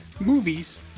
movies